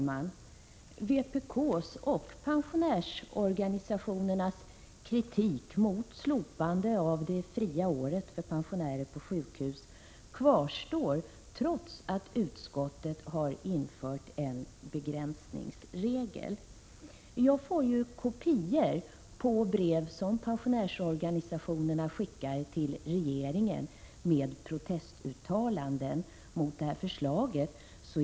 Fru talman! Vpk:s och pensionärsorganisationernas kritik mot slopandet av det fria året för pensionärer på sjukhus kvarstår trots att utskottet har infört en begränsningsregel. Jag får kopior av de brev med protestuttalanden mot detta förslag som pensionärsorganisationerna skickar till regeringen.